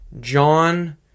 John